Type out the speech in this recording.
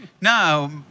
No